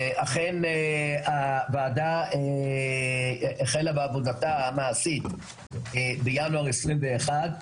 ואכן הוועדה החלה בעבודתה המעשית בינואר 2021,